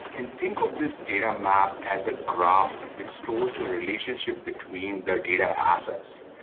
and think of this data map as a graph which stores the relationship between the data assets.